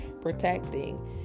protecting